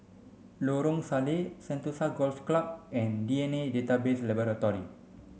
Lorong Salleh Sentosa Golf Club and D N A Database Laboratory